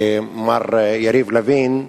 מר יריב לוין,